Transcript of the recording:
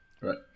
right